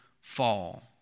fall